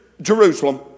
Jerusalem